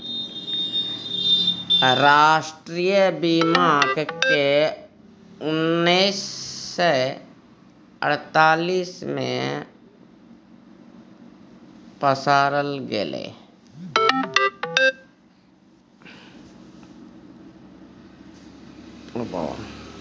राष्ट्रीय बीमाक केँ उन्नैस सय अड़तालीस मे पसारल गेलै